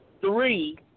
Three